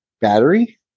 Battery